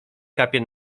kapie